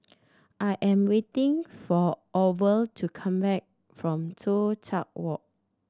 I am waiting for Orval to come back from Toh Tuck Walk